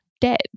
dead